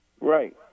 Right